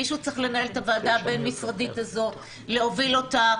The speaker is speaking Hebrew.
מישהו צריך לנהל את הוועדה הבין-משרדית הזאת ולהוביל אותה.